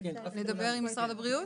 נדבר עם משרד הבריאות?